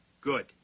Good